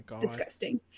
disgusting